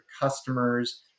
customers